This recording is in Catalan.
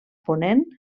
ponent